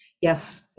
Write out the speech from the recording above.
Yes